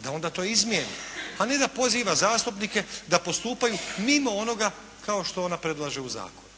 da onda to izmijeni, a ne da poziva zastupnike da postupaju mimo onoga kao što ona predlaže u zakonu.